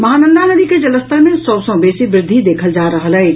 महानंदा नदी के जलस्तर मे सभ सँ बेसी वृद्धि देखल जा रहल अछि